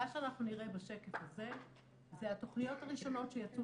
מה שאנחנו נראה בשקף הזה זה את התכניות הראשונות שיצאו